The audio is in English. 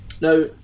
Now